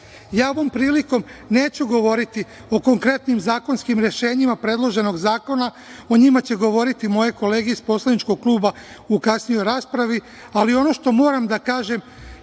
prilikom neću govoriti o konkretnim zakonskim rešenjima predloženog zakona, o njima će govoriti moje kolege iz poslaničkog kluba u kasnijoj raspravi, ali ono što moram da kažem